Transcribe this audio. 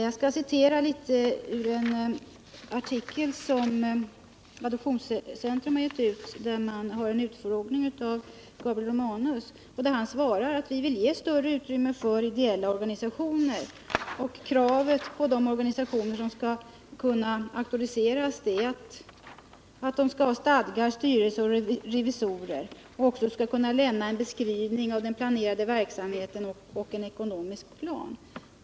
Jag skall återge en passus ur en artikel som AC givit ut. Gabriel Romanus säger där i en utfrågning: Vi vill ge större utrymme för ideella organisationer. Kravet för att en organisation skall kunna auktoriseras är att den har stadga, styrelse och revisorer och att den kan lämna en beskrivning av den planerade verksamheten och en ekonomisk plan.